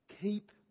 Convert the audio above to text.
Keep